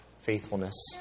faithfulness